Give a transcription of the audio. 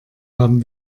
haben